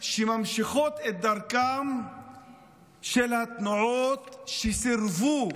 שממשיכות את דרכן של התנועות שסירבו